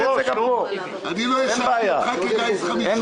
אני לא האשמתי אותך בגיס חמישי,